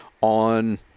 on